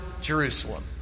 Jerusalem